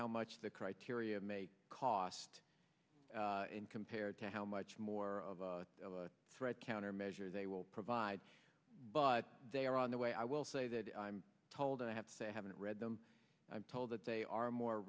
how much the criteria may cost in compared to how much more of a threat countermeasure they will provide but they are on the way i will say that i'm told i have to say i haven't read them i'm told that they are more